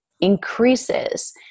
increases